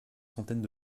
centaines